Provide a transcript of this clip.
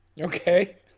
Okay